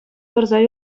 тӑрса